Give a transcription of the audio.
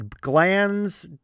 Glands